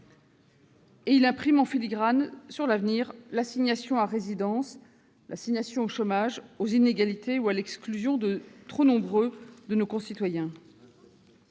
Il imprime en filigrane sur l'avenir l'assignation à résidence, l'assignation au chômage, aux inégalités, à l'exclusion de nombreux de nos concitoyens.